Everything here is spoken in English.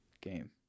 game